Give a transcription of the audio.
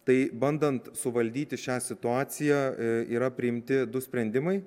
tai bandant suvaldyti šią situaciją yra priimti du sprendimai